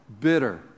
bitter